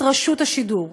את רשות השידור,